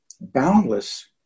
Boundless